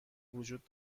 وجود